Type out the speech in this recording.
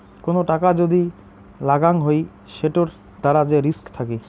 কোন টাকা যদি লাগাং হই সেটোর দ্বারা যে রিস্ক থাকি